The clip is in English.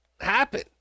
happen